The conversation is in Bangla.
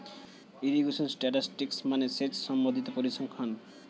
ইরিগেশন স্ট্যাটিসটিক্স মানে সেচ সম্বন্ধিত পরিসংখ্যান